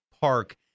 park